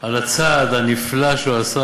על הצעד הנפלא שהוא עשה,